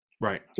Right